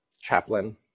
chaplain